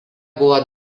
buvo